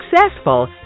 successful